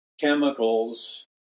chemicals